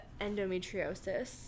endometriosis